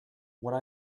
what